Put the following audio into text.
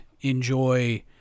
enjoy